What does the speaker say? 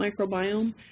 microbiome